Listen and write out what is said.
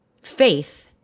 faith